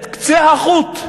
את קצה החוט,